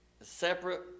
separate